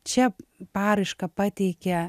čia paraišką pateikia